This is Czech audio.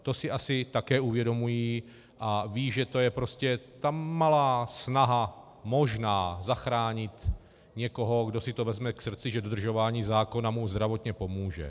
To si asi také uvědomují a vědí, že to je prostě ta malá snaha možná zachránit někoho, kdo si vezme k srdci, že dodržování zákona mu zdravotně pomůže.